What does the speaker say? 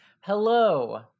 hello